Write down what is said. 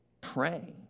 pray